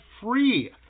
free